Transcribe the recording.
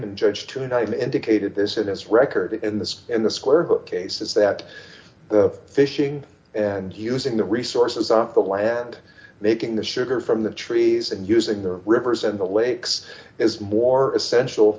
and judge tonight indicated this in his record in the in the square case is that the fishing and using the resources of the land making the sugar from the trees and using the rivers and the lakes is more essential